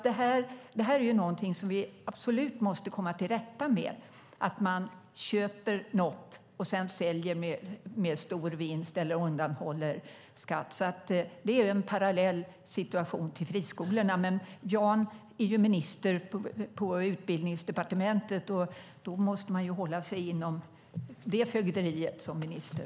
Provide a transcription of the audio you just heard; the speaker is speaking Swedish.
Detta är någonting som vi absolut måste komma till rätta med, att man köper något och sedan säljer med stor vinst eller undanhåller skatt. Det är en situation som är parallell med friskolesituationen. Men Jan är minister på Utbildningsdepartementet, och då måste han hålla sig inom det fögderiet som minister.